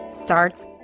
starts